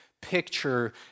picture